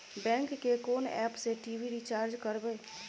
Bank के कोन app से टी.वी रिचार्ज करबे?